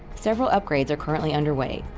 several upgrades are currently underway.